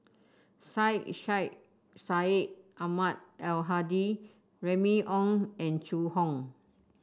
Syed Sheikh Syed Ahmad Al Hadi Remy Ong and Zhu Hong